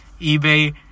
eBay